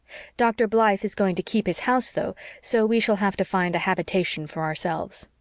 dr. blythe is going to keep his house, though, so we shall have to find a habitation for ourselves.